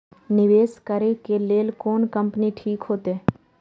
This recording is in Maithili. निवेश करे के लेल कोन कंपनी ठीक होते?